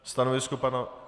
Stanovisko pana...